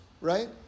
right